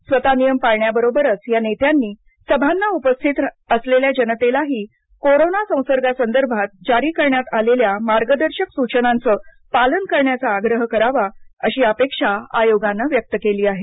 स्वत नियम पाळण्याबरोबरच या नेत्यांनी सभांना उपस्थित असलेल्या जनतेलाही कोरोना संसर्गासंदर्भात जारी करण्यात आलेल्या मार्गदर्शक सूचनांचं पालन करण्याचा आग्रह करावा अशी अपेक्षा आयोगानं व्यक्त केली आहे